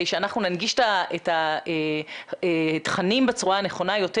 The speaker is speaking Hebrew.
שאנחנו ננגיש את התכנים בצורה הנכונה יותר,